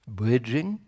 bridging